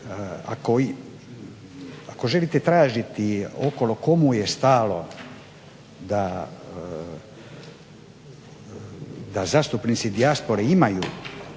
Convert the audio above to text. Ako želite tražiti okolo komu je stalo da zastupnici dijaspore imaju